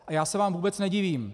A já se vám vůbec nedivím.